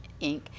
Inc